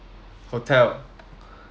hotel